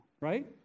right